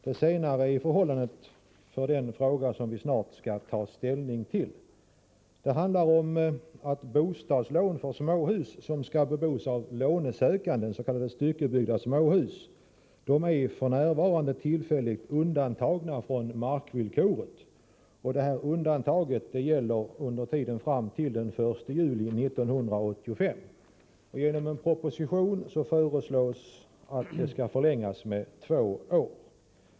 Det senare är förhållandet för den fråga som vi snart skall ta ställning till. Bostadslån för småhus som skall bebos av den lånesökande — s.k. styckebyggda småhus — är f.n. tillfälligt undantagna från markvillkoret. Detta undantag gäller fram till den 1 juli 1985. I proposition 15 föreslås att undantaget skall förlängas med två år.